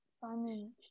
Simon